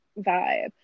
vibe